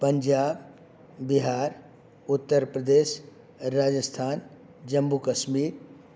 Punjab Bihar Uttar Pradesh Rajasthan Jammu Kashmir